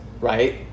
right